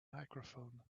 microphone